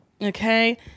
Okay